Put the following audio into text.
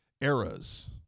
Eras